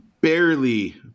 barely